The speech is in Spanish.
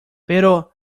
pero